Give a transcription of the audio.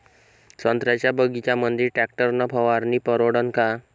संत्र्याच्या बगीच्यामंदी टॅक्टर न फवारनी परवडन का?